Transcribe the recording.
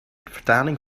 vertaling